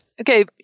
okay